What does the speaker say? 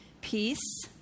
peace